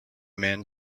man